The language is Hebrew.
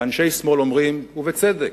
ואנשי שמאל אומרים, ובצדק: